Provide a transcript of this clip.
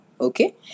Okay